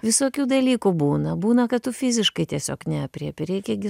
visokių dalykų būna būna kad tu fiziškai tiesiog neaprėpi reikia gi